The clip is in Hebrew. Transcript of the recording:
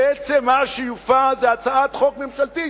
בעצם מה שיובא זו הצעת חוק ממשלתית.